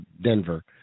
Denver